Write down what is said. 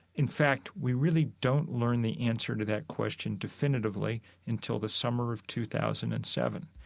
in fact, we really don't learn the answer to that question definitively until the summer of two thousand and seven.